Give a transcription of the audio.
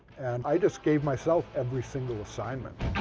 and i just gave myself every single assignment.